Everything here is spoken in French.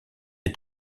est